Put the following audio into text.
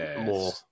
more